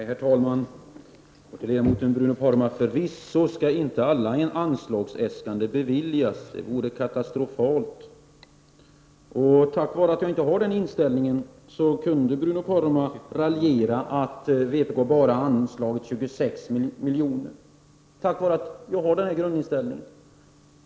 Herr talman! Förvisso skall inte alla anslagsäskanden beviljas — det vore katastrofalt. Tack vare att jag har den inställningen kunde Bruno Poromaa raljera över att vpk bara föreslagit 26 milj.kr.